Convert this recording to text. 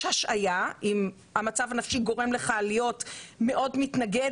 יש השעיה אם המצב הנפשי גורם לך להיות מאוד מתנגד